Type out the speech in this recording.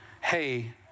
hey